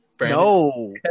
No